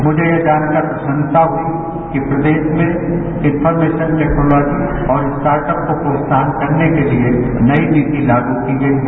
मुझे यह जानकर प्रसन्नता हुई कि प्रदेश में इनफॉरमेशन टेक्नॉलाजी और स्टार्टअप को प्रोत्साहन करने के लिए नई नीति लागू की गई है